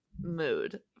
mood